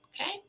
Okay